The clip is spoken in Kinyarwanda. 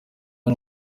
ari